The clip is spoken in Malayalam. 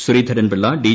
ശ്രീധരൻപിള്ള ഡി